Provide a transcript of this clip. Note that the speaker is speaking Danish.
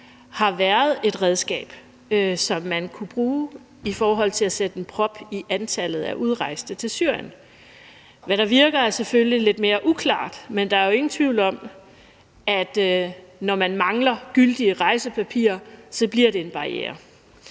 har været et redskab, som man kunne bruge i forhold til at sætte en prop i antallet af udrejste til Syrien. Hvad der virker, er selvfølgelig lidt mere uklart, men der er jo ingen tvivl om, at når man mangler gyldige rejsepapirer, bliver det en barriere.